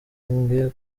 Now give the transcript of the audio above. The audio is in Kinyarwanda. nke